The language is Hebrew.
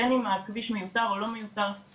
בין אם הכביש מיותר או לא מיותר או לא מיותר.